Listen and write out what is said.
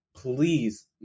please